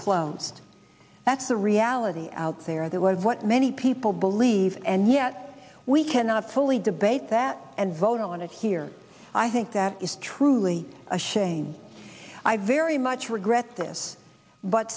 closed that's the reality out there that was what many people believe and yet we cannot fully debate that and vote on it here i think that is truly a shame i very much regret this but